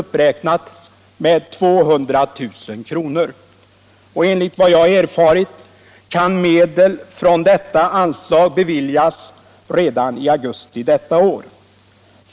uppräknats med 200 000 kr. Enligt vad jag erfarit kan medel från detta anslag beviljas redan i augusti detta år.